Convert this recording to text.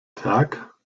tag